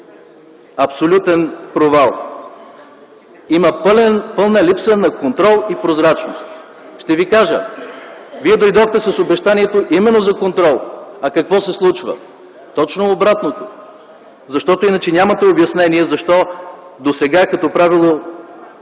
Абсолютен провал! Има пълна липса на контрол и прозрачност. Ще ви кажа: вие дойдохте с обещанието именно за контрол, а какво се случва? Точно обратното! Защото иначе нямате обяснение – защо досега като правило